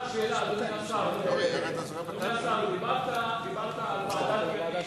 אדוני השר, דיברת על ועדת-גדיש,